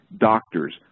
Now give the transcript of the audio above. doctors